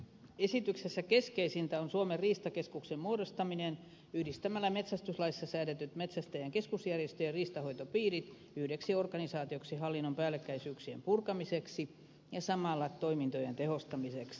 esityksessä keskeisintä on suomen riistakeskuksen muodostaminen yhdistämällä metsästyslaissa säädetyt metsästäjäin keskusjärjestö ja riistanhoitopiirit yhdeksi organisaatioksi hallinnon päällekkäisyyksien purkamiseksi ja samalla toimintojen tehostamiseksi